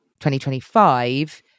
2025